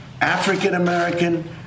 African-American